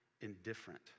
indifferent